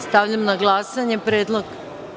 Stavljam na glasanje predlog.